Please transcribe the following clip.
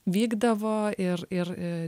vykdavo ir ir i